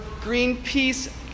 Greenpeace